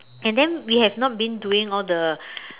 and then we have not been doing all the